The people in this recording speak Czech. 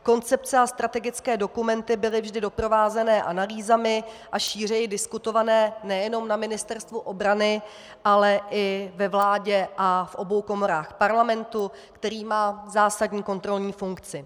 Koncepce a strategické dokumenty byly vždy doprovázeny analýzami a šířeji diskutované nejenom na Ministerstvu obrany, ale i ve vládě a v obou komorách Parlamentu, který má zásadní kontrolní funkci.